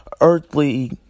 earthly